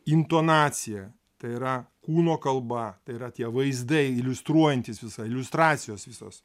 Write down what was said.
intonacija tai yra kūno kalba tai yra tie vaizdai iliustruojantys visa liustracijos visos